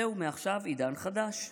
זהו, מעכשיו עידן חדש: